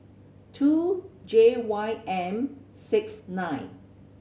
two J Y M six nine